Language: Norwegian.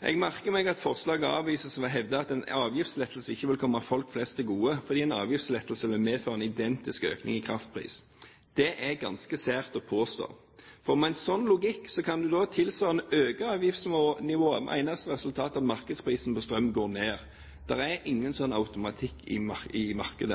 Jeg merker meg at forslaget avvises ved å hevde at en avgiftslettelse ikke vil komme folk flest til gode, fordi en avgiftslettelse vil medføre en identisk økning i kraftpris. Det er ganske sært å påstå, for med en slik logikk kan du tilsvarende øke avgiftsnivået, med eneste resultat at markedsprisen på strøm går ned. Det er ingen slik automatikk i